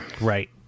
right